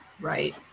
Right